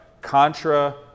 contra-